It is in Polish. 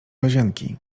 łazienki